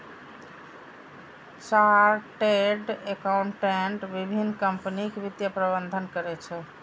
chartered accountant विभिन्न कंपनीक वित्तीय प्रबंधन करै छै